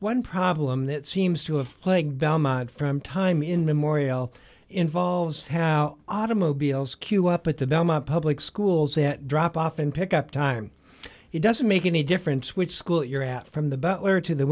one problem that seems to have plagued velma from time immemorial involves how automobiles queue up at the belmont public schools that drop off and pick up time it doesn't make any difference which school year out from the butler to the